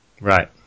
Right